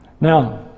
Now